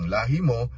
Lahimo